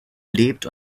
lebt